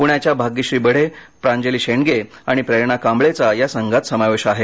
पुण्याच्या भाग्यश्री बडे प्रांजली शेंडगे आणि प्रेरणा कांबळेचा या संघात समावेश आहे